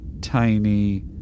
tiny